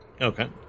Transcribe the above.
Okay